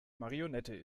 marionette